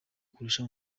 kurusha